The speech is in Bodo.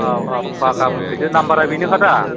औ औ होनबा गाबोन फैदो नाम्बारआ बेनोखा दा